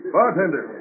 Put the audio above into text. Bartender